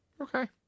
Okay